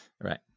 Right